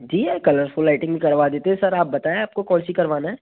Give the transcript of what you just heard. जी ये colourful lighting करवा देते हैं सर आप बताएँ आपको कौन सी करवाना है